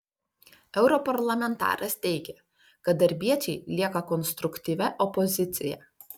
europarlamentaras teigė kad darbiečiai lieka konstruktyvia opozicija